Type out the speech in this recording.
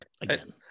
again